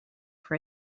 for